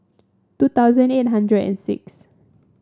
two thousand eight hundred and six